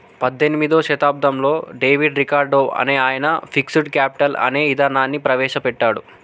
పద్దెనిమిదో శతాబ్దంలో David Ricardo అనే ఆయన ఫిక్స్డ్ కేపిటల్ అనే ఇదానాన్ని ప్రవేశ పెట్టాడు